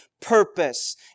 purpose